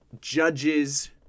judges